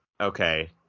okay